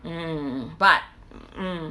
um but um